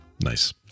Nice